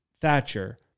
Thatcher